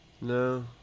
no